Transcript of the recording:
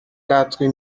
quatre